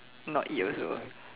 not eat also